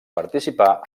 participà